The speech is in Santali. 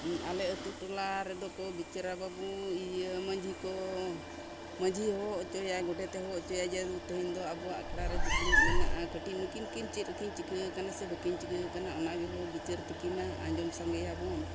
ᱟᱞᱮ ᱟᱛᱳ ᱴᱚᱞᱟ ᱨᱮᱫᱚ ᱠᱚ ᱵᱤᱪᱟᱹᱨᱟ ᱵᱟᱹᱵᱩ ᱤᱭᱟᱹ ᱢᱟᱺᱡᱷᱤ ᱠᱚ ᱢᱟᱺᱡᱷᱤ ᱦᱚᱦᱚ ᱦᱚᱪᱚᱭᱟ ᱜᱚᱰᱮᱛᱮ ᱦᱚᱦᱚ ᱦᱚᱪᱚᱭᱟ ᱡᱮ ᱛᱮᱦᱮᱧ ᱫᱚ ᱟᱵᱚᱣᱟᱜ ᱟᱠᱷᱲᱟᱨᱮ ᱫᱩᱯᱲᱩᱵ ᱢᱮᱱᱟᱜᱼᱟ ᱠᱟᱹᱴᱤᱡ ᱱᱩᱠᱤᱱ ᱠᱤᱱ ᱪᱮᱫ ᱨᱮᱠᱤᱱ ᱪᱤᱠᱟᱹ ᱟᱠᱟᱱᱟ ᱥᱮ ᱵᱟᱹᱠᱤᱱ ᱪᱤᱠᱟᱹ ᱟᱠᱟᱱᱟ ᱚᱱᱟ ᱜᱮᱵᱚᱱ ᱵᱤᱪᱟᱹᱨ ᱛᱟᱹᱠᱤᱱᱟ ᱟᱸᱡᱚᱢ ᱥᱟᱸᱜᱮᱭᱟᱵᱚᱱ